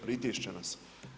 Pritišće nas.